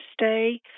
stay